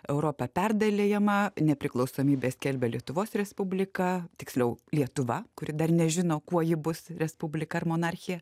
europa perdalijama nepriklausomybę skelbė lietuvos respublika tiksliau lietuva kuri dar nežino kuo ji bus respublika ar monarchija